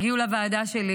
הגיעו לוועדה שלי,